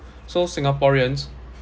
so singaporeans